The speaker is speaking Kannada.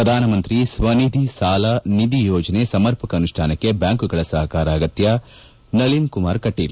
ಪ್ರಧಾನಮಂತ್ರಿ ಸ್ವನಿಧಿ ಸಾಲ ನಿಧಿ ಯೋಜನೆ ಸಮರ್ಪಕ ಅನುಷ್ಠಾನಕ್ಕೆ ಬ್ಯಾಂಕ್ಗಳ ಸಹಕಾರ ಅಗತ್ಯ ನಳಿನ್ ಕುಮಾರ್ ಕಟೀಲು